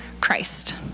Christ